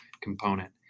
component